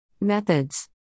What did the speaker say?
Methods